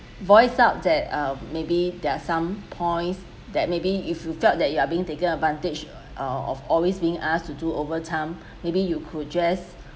voice out that um maybe there are some points that maybe if you felt that you are being taken advantage or of always being asked to do over time maybe you could just